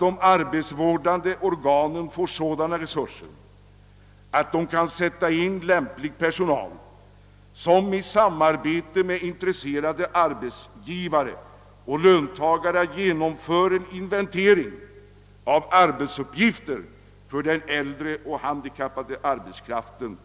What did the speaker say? De arbetsvårdande organen bör få sådana resurser att de kan sätta in lämplig personal som i samarbete med intresserade arbetsgivare och löntagare genomför en inventering av arbetsuppgifter för den äldre och den handikappade arbetskraften